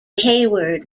hayward